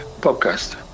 podcast